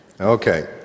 Okay